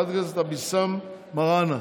חברת הכנסת אבתיסאם מראענה,